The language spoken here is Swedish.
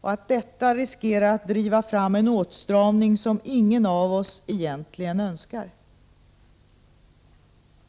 och detta riskerar att driva fram en åtstramning som ingen av oss egentligen Önskar.